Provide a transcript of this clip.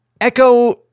echo